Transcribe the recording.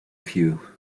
few